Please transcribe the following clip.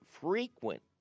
frequent